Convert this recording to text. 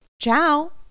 Ciao